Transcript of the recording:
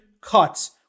cuts